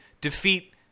defeat